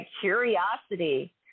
curiosity